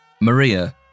Maria